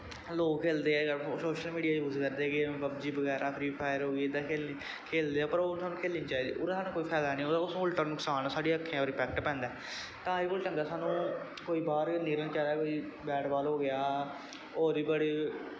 लोग खेलदे ऐ सोशल मीडिया यूज करदे पवजी बगैरा फ्री फायर हो गेई एह् खेलदे ऐ पर एह् खेलनी निं चाहिदी ओह्दा साह्नूं कोई फायदा निं उल्टा नुकसान ऐ साढ़ी अक्खियें पर इंपैक्ट पैंदा ऐ तां एह्दे कोला दा चंगा साह्नूं कोई बाह्र निकलनां चाही दा कोई बैट बॉल हो गेआ होर बी बड़े